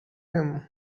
him